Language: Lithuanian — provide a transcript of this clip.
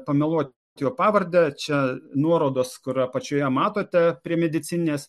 pameluot jo pavardę čia nuorodos kur apačioje matote prie medicininės